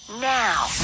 Now